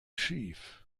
schief